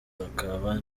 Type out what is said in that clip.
bakaba